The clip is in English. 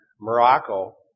Morocco